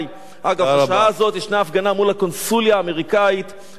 בשעה הזאת ישנה הפגנה מול הקונסוליה האמריקנית בעוד דרישה,